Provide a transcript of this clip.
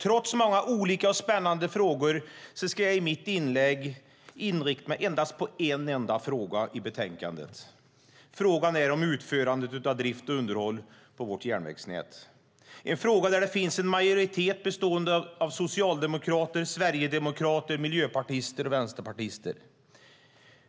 Trots många olika och spännande frågor ska jag i mitt inlägg inrikta mig på en enda fråga i betänkandet, frågan om utförandet av drift och underhåll på vårt järnvägsnät. Det är en fråga där det finns en majoritet bestående av socialdemokrater, sverigedemokrater, miljöpartister och vänsterpartister.